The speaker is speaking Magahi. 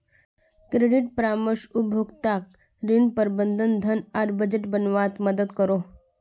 क्रेडिट परामर्श उपभोक्ताक ऋण, प्रबंधन, धन आर बजट बनवात मदद करोह